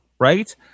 right